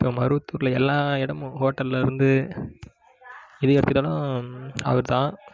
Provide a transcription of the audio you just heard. இப்போ மருவத்தூரில் எல்லா இடமும் ஹோட்டலில் இருந்து எது எடுத்துகிட்டாலும் அவர் தான்